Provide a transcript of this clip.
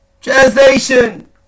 translation